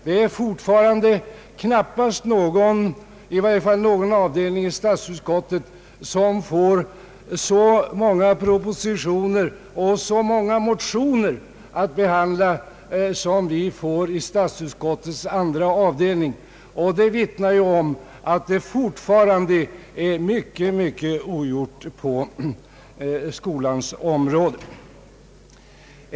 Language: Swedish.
Det är fortfarande knappast någon avdelning i statsutskottet som får så många propositioner och så många motioner att behandla som vi får i andra avdelningen, och det vittnar ju om att det fortfarande är mycket ogjort på skolans område.